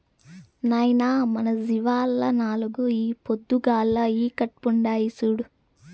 నాయనా మన జీవాల్ల నాలుగు ఈ పొద్దుగాల ఈకట్పుండాయి చూడు